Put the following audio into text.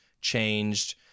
changed